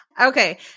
Okay